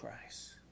Christ